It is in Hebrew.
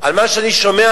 על מה שאני שומע,